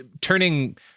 turning